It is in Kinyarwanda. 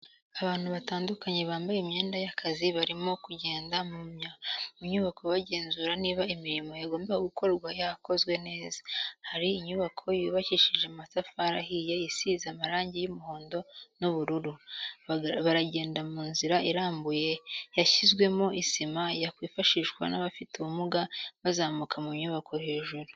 Abantu batandukanye bambaye imyenda y'akazi barimo kugenda mu nyubako bagenzura niba imirimo yagombaga gukorwa yarakozwe neza, hari inyubako yubakishije amatafari ahiye isize amarangi y'umuhondo n'ubururu, baragenda mu nzira irambuye yashyizwemo isima yakwifashishwa n'abafite ubumuga bazamuka mu nyubako hejuru.